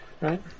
right